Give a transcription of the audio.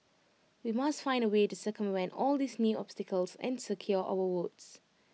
we must find A way to circumvent all these new obstacles and secure our votes